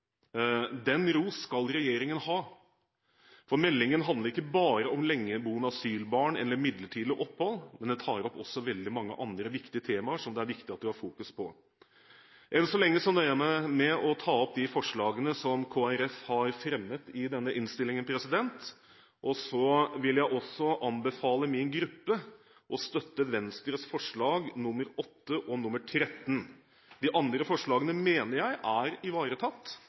Den ros skal regjeringen ha: Meldingen handler ikke bare om lengeboende asylbarn eller midlertidig opphold, men tar også opp veldig mange andre viktige temaer som det er viktig at vi fokuserer på. Enn så lenge nøyer jeg meg med å ta opp de forslagene som Kristelig Folkeparti har fremmet i denne innstillingen. Jeg vil også anbefale min gruppe å støtte Venstres forslag nr. 8 og nr. 13. De andre forslagene mener jeg er ivaretatt